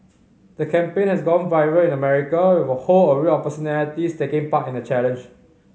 the campaign has gone viral in America with a whole array of personalities taking part in the challenge